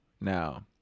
Now